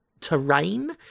terrain